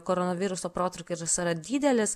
koronaviruso protrūkis yra didelis